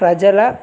ప్రజల